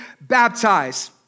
baptize